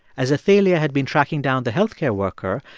as athalia had been tracking down the healthcare worker,